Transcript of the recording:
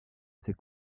ses